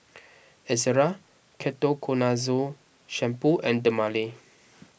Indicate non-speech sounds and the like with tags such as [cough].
[noise] Ezerra Ketoconazole Shampoo and Dermale